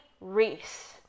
reese